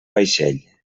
vaixell